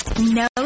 No